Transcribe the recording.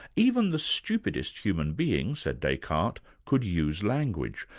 even the stupidest human being, said descartes, could use language,